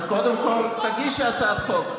אז קודם כול תגישי הצעת חוק.